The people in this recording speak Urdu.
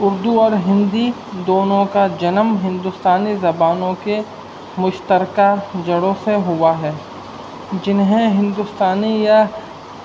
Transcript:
اردو اور ہندی دونوں کا جنم ہندوستانی زبانوں کے مشترکہ جڑوں سے ہوا ہے جنہیں ہندوستانی یا